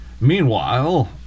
Meanwhile